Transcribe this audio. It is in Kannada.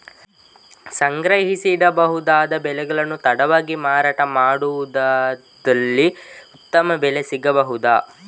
ಸಂಗ್ರಹಿಸಿಡಬಹುದಾದ ಬೆಳೆಗಳನ್ನು ತಡವಾಗಿ ಮಾರಾಟ ಮಾಡುವುದಾದಲ್ಲಿ ಉತ್ತಮ ಬೆಲೆ ಸಿಗಬಹುದಾ?